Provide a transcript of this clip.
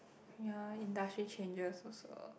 ya industry changes also